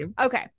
okay